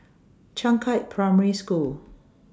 Changkat Primary School